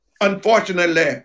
Unfortunately